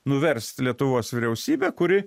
nuverst lietuvos vyriausybę kuri